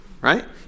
right